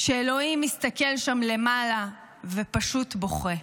שאלוהים מסתכל שם למעלה ופשוט בוכה.